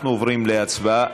אנחנו עוברים להצבעה.